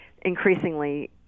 increasingly